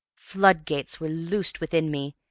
floodgates were loosed within me,